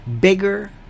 bigger